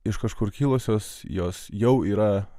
iš kažkur kilusios jos jau yra